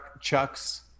chucks